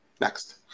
Next